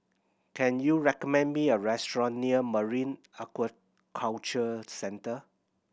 can you recommend me a restaurant near Marine Aquaculture Centre